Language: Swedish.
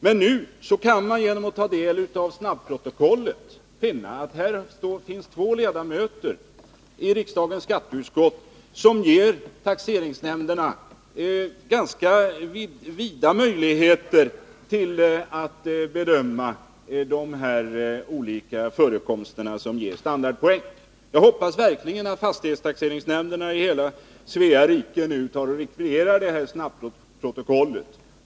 Men genom att ta del av snabbprotokollet kan man nu finna att två ledamöter av riksdagens skatteutskott ger taxeringsnämnderna ganska vida möjligheter när det gäller bedömningen av de olika förekomster som ger standardpoäng. Jag hoppas verkligen att fastighetstaxeringsnämnderna i hela Svea rike nu rekvirerar detta snabbprotokoll.